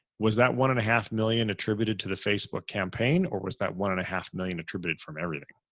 was that one and a half million attributed to the facebook campaign or was that one and a half million attributed from everything?